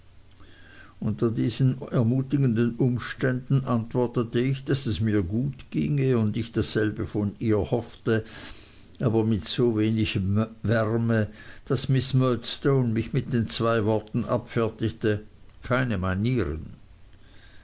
unter diesen ermutigenden umständen antwortete ich daß es mir gut ginge und ich dasselbe von ihr hoffte aber mit so wenig wärme daß miß murdstone mich mit den zwei worten abfertigte keine manieren